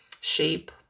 shape